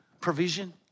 provision